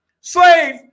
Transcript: Slave